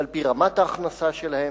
ועל-פי רמת ההכנסה שלהם.